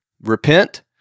repent